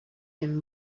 him